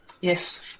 Yes